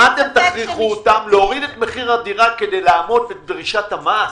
תכריחו אותם להוריד את מחיר הדירה כדי לעמוד בדרישת המס?